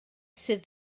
sydd